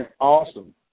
Awesome